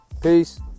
Peace